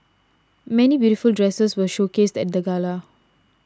many beautiful dresses were showcased at the gala